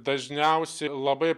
dažniausiai labai